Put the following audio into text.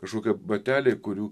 kažkokie bateliai kurių